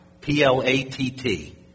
P-L-A-T-T